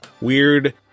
weird